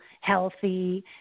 healthy